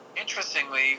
interestingly